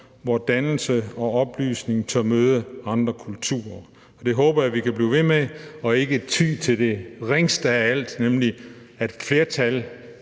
hvor dannelse og oplysning tør møde andre kulturer, og det håber jeg at vi kan blive ved med og ikke ty til det ringeste af alt, nemlig at et flertal